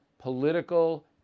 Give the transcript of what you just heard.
political